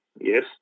Yes